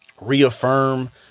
reaffirm